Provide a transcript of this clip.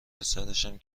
پسرشم